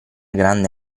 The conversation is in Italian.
grande